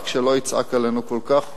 רק שלא יצעק עלינו כל כך פה,